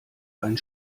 einen